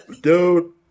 Dude